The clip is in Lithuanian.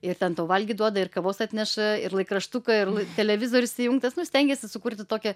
ir ten tau valgyt duoda ir kavos atneša ir laikraštuką ir televizorius įjungtas nu stengiesi sukurti tokią